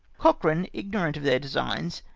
cochran, ignorant of their designs,